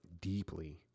deeply